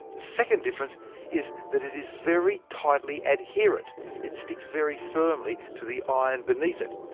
the second difference is that it is very tightly adherent it sticks very firmly to the iron beneath it.